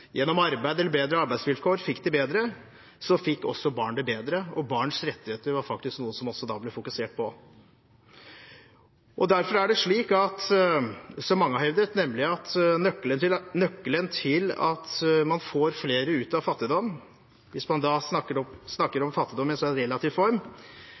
gjennom arbeid eller bedre arbeidsvilkår fikk det bedre, fikk også barn det bedre, og barns rettigheter var faktisk noe som det ble fokusert på. Derfor er det slik, som mange har hevdet, at nøkkelen til at man får flere ut av fattigdom – hvis man da snakker om fattigdom i sin relative form – er arbeid og utdanning. Det handler også om